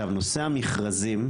נושא המכרזים,